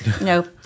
no